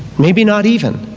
maybe not even.